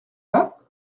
pas